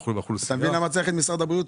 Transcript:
אתה מבין למה צריך את משרד הבריאות?